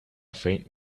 faint